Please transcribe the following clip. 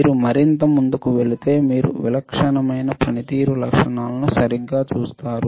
మీరు మరింత ముందుకు వెళితే మీరు విలక్షణమైన పనితీరు లక్షణాలను సరిగ్గా చూస్తారు